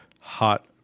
hot